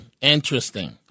interesting